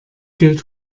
gilt